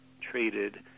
traded